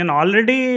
already